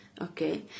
Okay